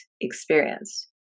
experienced